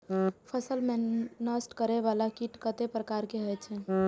फसल के नष्ट करें वाला कीट कतेक प्रकार के होई छै?